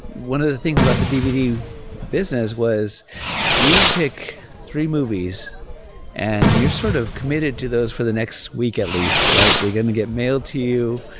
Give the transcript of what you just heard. one of the things about the dvd business was you pick three movies and you're sort of committed to those for the next week at least, right? they're going to get mailed to you.